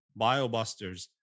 BioBusters